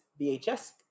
vhs